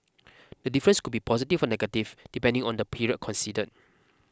the difference could be positive negative depending on the period considered